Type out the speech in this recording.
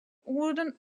wooden